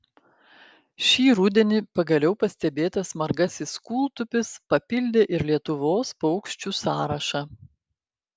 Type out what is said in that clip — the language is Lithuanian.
šį rudenį pagaliau pastebėtas margasis kūltupis papildė ir lietuvos paukščių sąrašą